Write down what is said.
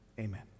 Amen